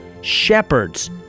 Shepherds